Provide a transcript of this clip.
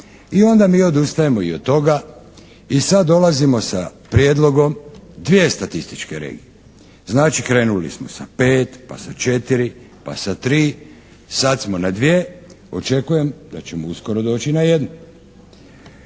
i onda mi odustajemo i od toga i sada dolazimo sa prijedlogom dvije statističke regije. Znači krenuli smo sa pet pa sa četiri pa sa tri, sada smo na dvije. Očekujem da ćemo uskoro doći na jednu.